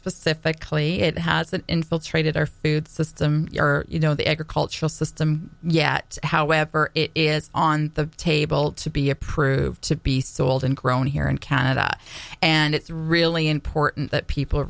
specifically it has infiltrated our food system or you know the agricultural system yet however it is on the table to be approved to be sold and grown here in canada and it's really important that people